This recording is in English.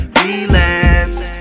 relapse